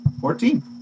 Fourteen